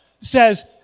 says